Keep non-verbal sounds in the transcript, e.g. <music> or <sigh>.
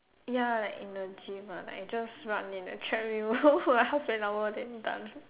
ya like in the gym ah like just run in the treadmill <laughs> like half an hour then done